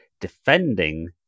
defending